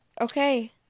Okay